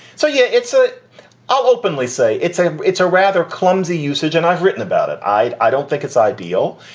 so, yeah, it's a i'll openly say it's a it's a rather clumsy usage and i've written about it. i, i don't think it's ideal.